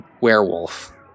werewolf